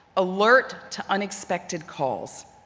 alert to unexpected calls.